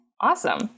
Awesome